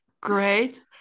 great